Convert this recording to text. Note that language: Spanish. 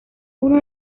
uno